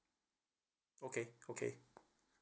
okay okay